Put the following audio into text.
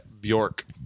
Bjork